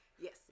Yes